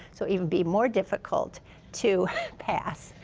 so it would be more difficult to pass.